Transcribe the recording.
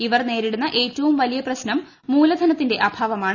ഇവർ നേരിടുന്ന ഏറ്റവും വലിയ പ്രശ്നം മൂലധനത്തിന്റെ അഭാവമാണ്